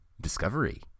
Discovery